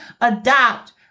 adopt